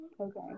Okay